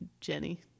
Jenny